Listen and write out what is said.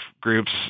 groups